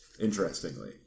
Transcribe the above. Interestingly